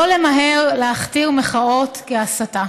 שלא למהר להכתיר מחאות כהסתה.